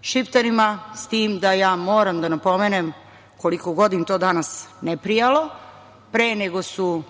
„šiptarima“ s tim da ja moram da napomenem, koliko god im to danas ne prijalo, pre nego su